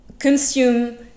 consume